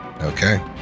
Okay